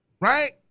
Right